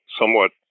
somewhat